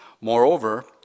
Moreover